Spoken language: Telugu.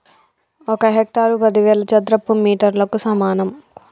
ఒక హెక్టారు పదివేల చదరపు మీటర్లకు సమానం